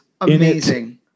Amazing